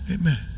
amen